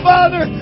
Father